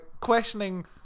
questioning